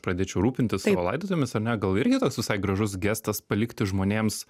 pradėčiau rūpintis savo laidotuvėmis ar ne gal irgi toks visai gražus gestas palikti žmonėms